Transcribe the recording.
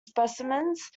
specimens